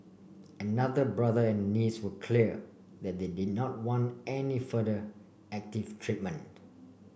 another brother and a niece were clear that they did not want any further active treatment